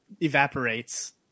evaporates